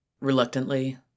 Reluctantly